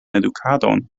edukadon